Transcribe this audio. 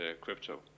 crypto